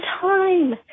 time